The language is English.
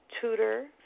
tutor